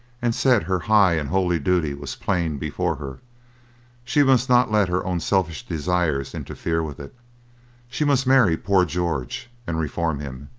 and said her high and holy duty was plain before her she must not let her own selfish desires interfere with it she must marry poor george and reform him.